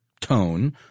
tone